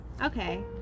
Okay